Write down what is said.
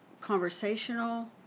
conversational